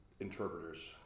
Interpreters